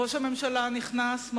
ראש הממשלה הנכנס,